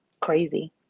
crazy